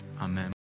Amen